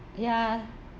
ya